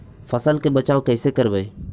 फसल के बचाब कैसे करबय?